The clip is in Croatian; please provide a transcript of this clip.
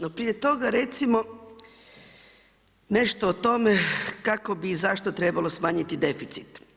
No prije toga, recimo, nešto o tome, kako bi i zašto trebalo smanjiti deficit.